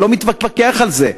אני לא מתווכח על זה.